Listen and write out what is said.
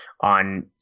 on